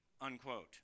unquote